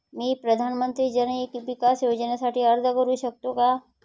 मी प्रधानमंत्री जन विकास योजनेसाठी अर्ज करू शकतो का?